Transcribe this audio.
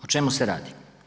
O čemu se radi?